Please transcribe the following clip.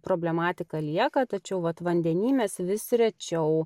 problematika lieka tačiau vat vandeny mes vis rečiau